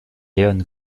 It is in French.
leon